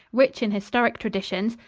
rich in historic traditions,